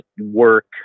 work